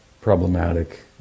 problematic